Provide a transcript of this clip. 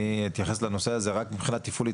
אני אתייחס לנושא הזה רק מבחינה תפעולית.